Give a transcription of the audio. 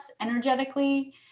energetically